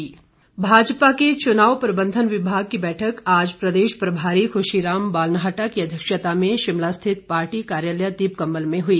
भाजपा भाजपा के चुनाव प्रबंधन विभाग की बैठक आज प्रदेश प्रभारी खुशीराम बालनाहटा की अध्यक्षता में शिमला स्थित पार्टी कार्यालय दीपकमल में हुई